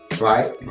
right